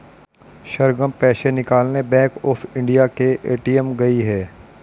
सरगम पैसे निकालने bank of India के ए.टी.एम गई है